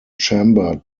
chamber